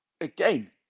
again